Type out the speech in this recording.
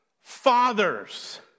fathers